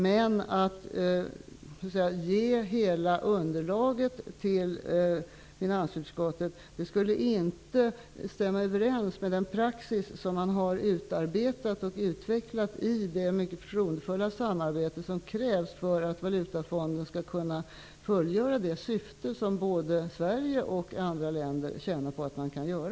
Men att ge hela underlaget till finansutskottet skulle inte stämma överens med den praxis som man har utarbetat och utvecklat i det mycket förtroendefulla samarbete som krävs för att Valutafonden skall kunna fullgöra den uppgift som både Sverige och andra länder tjänar på att man fullgör.